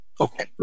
Okay